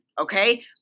okay